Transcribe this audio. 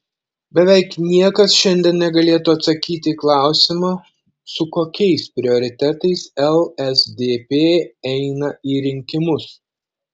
beveik niekas šiandien negalėtų atsakyti į klausimą su kokiais prioritetais lsdp eina į rinkimus